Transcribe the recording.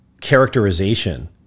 characterization